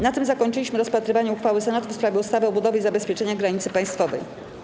Na tym zakończyliśmy rozpatrywanie uchwały Senatu w sprawie ustawy o budowie zabezpieczenia granicy państwowej.